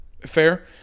fair